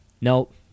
nope